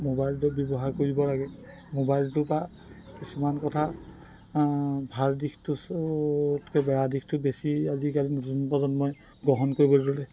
মোবাইলটো ব্যৱহাৰ কৰিব লাগে মোবাইলটোৰপৰা কিছুমান কথা ভাল দিশটোতকে বেয়া দিশটো বেছি আজিকালি নতুন প্ৰজন্মই গ্ৰহণ কৰিবলৈ ল'লে